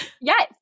Yes